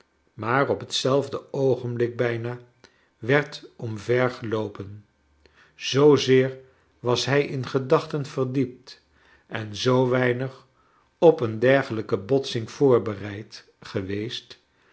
maar op hetzelfde oogenblik bijna werd omvergeloopen zoo zeer was hij in gedachten verdiept en zoo weinig op een dergelijke botsing voorbereid geweest